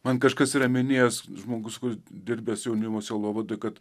man kažkas yra minėjęs žmogus dirbęs jaunimo sielovadoj kad